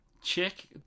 Check